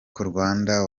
rwanda